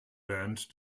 band